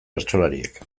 bertsolariek